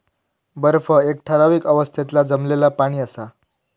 बर्फ एक ठरावीक अवस्थेतला जमलेला पाणि असा